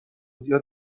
زیاد